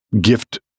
gift